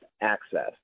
access